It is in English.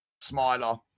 Smiler